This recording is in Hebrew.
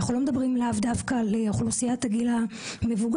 אנחנו מדברים לאו דווקא על אוכלוסיית הגיל המבוגר,